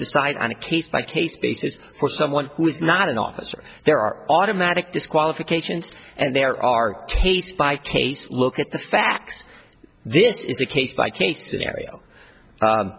decide on a case by case basis for someone who is not an officer there are automatic disqualifications and there are taste by taste look at the facts this is a case by case scenario